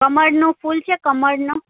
કમળનું ફૂલ છે કમળનું